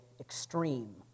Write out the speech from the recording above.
extreme